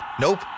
Nope